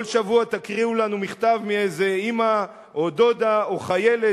כל שבוע תקריאו לנו מכתב מאיזה אמא או דודה או חיילת